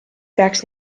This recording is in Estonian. peaks